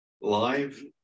live